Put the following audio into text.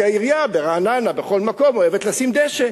כי העירייה ברעננה ובכל מקום אוהבת לשים דשא,